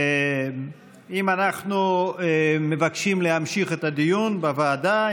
אם אנחנו מבקשים להמשיך את הדיון בוועדה,